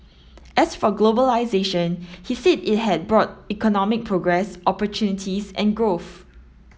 as for globalisation he said it had brought economic progress opportunities and growth